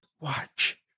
watch